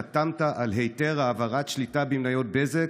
חתמת על היתר העברת שליטה במניות בזק